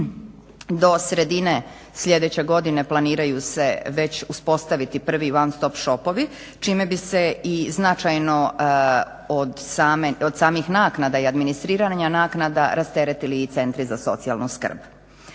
Do sredine sljedeće godine planiraju se već uspostaviti prvi one stop shopovi čime bi se i značajno od samih naknada i administriranja naknada rasteretili centri za socijalnu skrb.